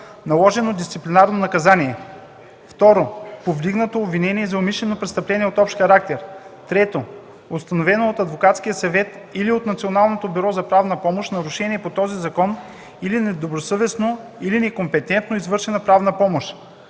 наложено дисциплинарно наказание; 2. повдигнато обвинение за умишлено престъпление от общ характер; 3. установено от адвокатския съвет или от Националното бюро за правна помощ нарушение по този закон или недобросъвестно или некомпетентно извършена правна помощ;